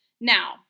Now